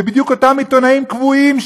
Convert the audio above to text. ובדיוק אותם עיתונאים קבועים,